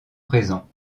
présents